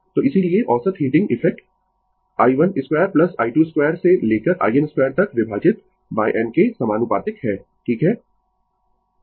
तो इसीलिए औसत हीटिंग इफेक्ट i1 2 I2 2 से लेकर in 2 तक विभाजित n के समानुपातिक है ठीक है